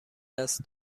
دست